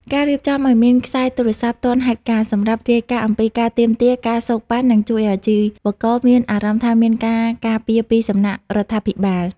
ការរៀបចំឱ្យមាន "ខ្សែទូរស័ព្ទទាន់ហេតុការណ៍" សម្រាប់រាយការណ៍អំពីការទាមទារ ការសូកប៉ាន់ នឹងជួយឱ្យអាជីវករមានអារម្មណ៍ថាមានការការពារពីសំណាក់រដ្ឋាភិបាល។